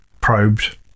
probed